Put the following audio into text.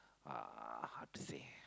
uh how to say